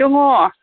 दङ